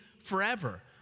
forever